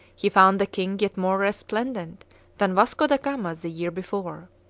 he found the king yet more resplendent than vasco da gama the year before.